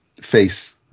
face